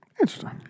Interesting